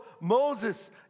Moses